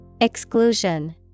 Exclusion